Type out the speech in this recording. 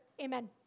amen